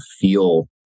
feel